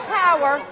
power